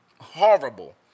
horrible